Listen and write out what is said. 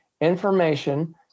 information